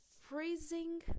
freezing